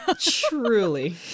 Truly